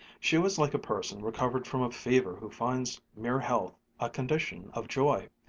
she was like a person recovered from a fever who finds mere health a condition of joy.